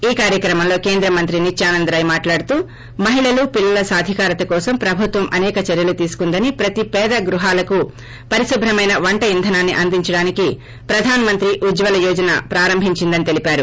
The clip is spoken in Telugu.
ఈ కార్వక్రమంలో కేంద్ర మంత్రి నిత్వానంద్ రాయ్ మాట్హడుతూ మహిళలు పిల్లల సాధికారత కోసం ప్రభుత్వం అసేక చర్వలు తీసుకుందని ప్రతి పేద గ్బహాలకు పరిశుభ్రమెన వంట ఇంధనాన్ని అందించడానికి ప్రధాన్ మంత్రి ఉజ్ఞాల యోజనను ప్రారంభించిందని తెలిపారు